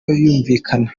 yumvikana